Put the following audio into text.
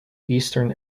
eastern